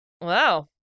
Wow